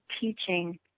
teaching